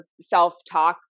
self-talk